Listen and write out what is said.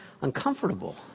uncomfortable